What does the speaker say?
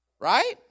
Right